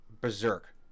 berserk